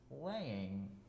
playing